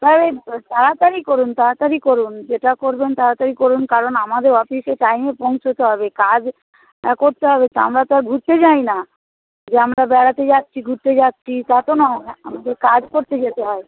তাহলে তাড়াতাড়ি করুন তাড়াতাড়ি করুন যেটা করবেন তাড়াতাড়ি করুন কারণ আমাদের অফিসে টাইমে পৌঁছোতে হবে কাজ করতে হবে তো আমরা তো আর ঘুরতে যাই না যে আমরা বেড়াতে যাচ্ছি ঘুরতে যাচ্ছি তা তো নয় আমাদের কাজ করতে যেতে হয়